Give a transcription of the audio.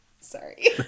Sorry